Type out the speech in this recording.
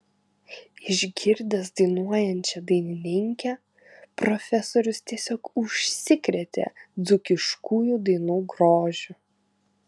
išgirdęs dainuojančią dainininkę profesorius tiesiog užsikrėtė dzūkiškųjų dainų grožiu